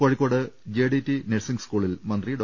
കോഴിക്കോട്ട് J D T nursing സ്കൂളിൽ മന്ത്രി ഡോ